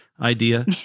idea